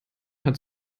hat